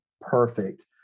perfect